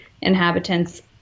inhabitants